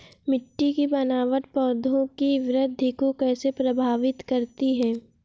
मिट्टी की बनावट पौधों की वृद्धि को कैसे प्रभावित करती है?